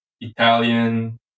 Italian